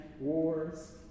wars